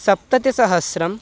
सप्ततिसहस्रम्